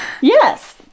Yes